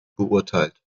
beurteilt